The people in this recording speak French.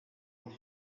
loup